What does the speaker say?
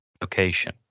location